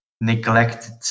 neglected